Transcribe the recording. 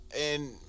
And-